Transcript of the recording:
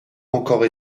encore